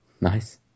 Nice